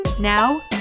Now